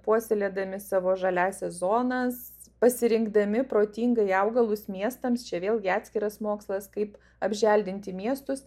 puoselėdami savo žaliąsias zonas pasirinkdami protingai augalus miestams čia vėlgi atskiras mokslas kaip apželdinti miestus